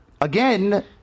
again